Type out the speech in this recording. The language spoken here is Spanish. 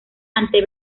ante